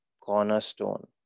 cornerstone